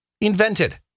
invented